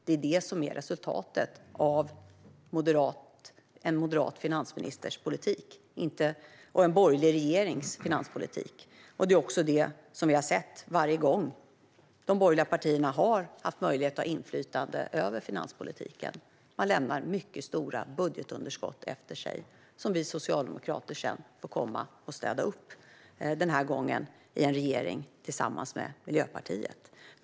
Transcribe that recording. Det är det som är resultatet av en moderat finansministers politik och en borgerlig regerings finanspolitik. Det är också det som vi har sett varje gång de borgerliga partierna har haft möjlighet att ha inflytande över finanspolitiken. Man lämnar efter sig mycket stora budgetunderskott som vi socialdemokrater sedan får komma och städa upp, den här gången i en regering tillsammans med Miljöpartiet.